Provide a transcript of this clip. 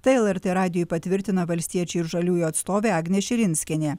tai lrt radijui patvirtina valstiečių ir žaliųjų atstovė agnė širinskienė